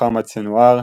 מוחמד סנואר,